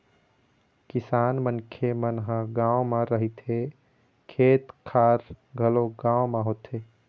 किसान मनखे मन ह गाँव म रहिथे, खेत खार घलोक गाँव म होथे